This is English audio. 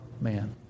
man